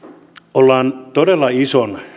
ollaan todella ison